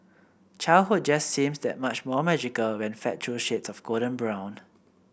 childhood just seems that much more magical when fed through shades of golden brown